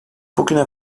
bugüne